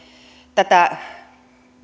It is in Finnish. tätä